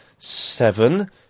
Seven